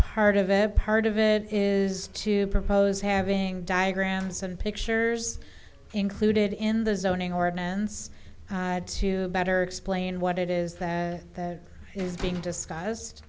part of it part of it is to propose having diagrams and pictures included in the zoning ordinance to better explain what it is that is being discussed